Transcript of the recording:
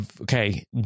Okay